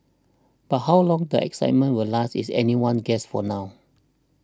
but how long the excitement will last is anyone's guess for now